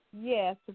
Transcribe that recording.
yes